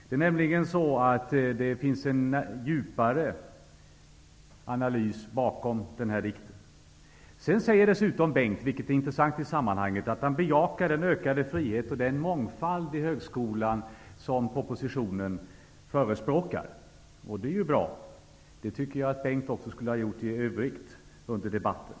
Det finns nämligen en djupare analys bakom den här dikten. Bengt Silfverstrand säger dessutom, vilket i sammanhanget är intressant, att han bejakar den ökade frihet och mångfald i högskolan som propositionen förespråkar. Det är bra. Det tycker jag att Bengt Silfverstrand skulle ha gjort också i övrigt under debatten.